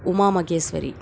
Uma Maheswari